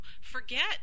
forget